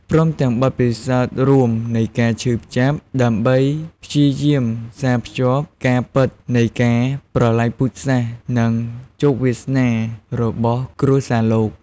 ព្រមទាំងបទពិសោធន៍រួមនៃការឈឺចាប់ ដើម្បីព្យាយាមផ្សារភ្ជាប់ការពិតនៃការប្រល័យពូជសាសន៍ និងជោគវាសនារបស់គ្រួសារលោក។